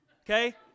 Okay